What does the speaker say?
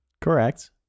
Correct